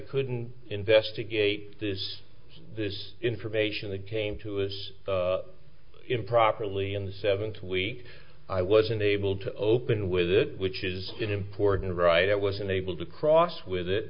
couldn't investigate this this information that came to us improperly in the seventh week i was unable to open with it which is an important right it was unable to cross with it